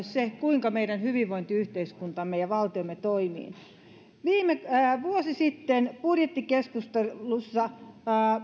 se kuinka meidän hyvinvointiyhteiskuntamme ja valtiomme toimii vuosi sitten budjettikeskustelussa